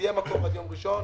יהיה מקור עד יום ראשון.